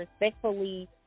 respectfully